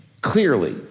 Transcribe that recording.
clearly